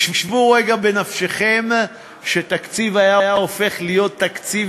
שוו רגע בנפשכם שתקציב היה הופך להיות תקציב